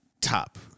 top